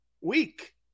week